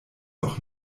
auch